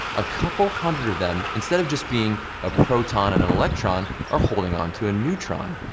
a couple hundred of them, instead of just being a proton and an electron, are holding on to a neutron.